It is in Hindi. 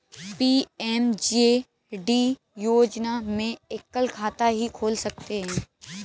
पी.एम.जे.डी योजना में एकल खाता ही खोल सकते है